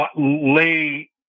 lay